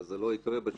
זה לא יקרה בשעה.